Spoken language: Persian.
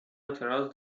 اعتراض